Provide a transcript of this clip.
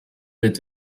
with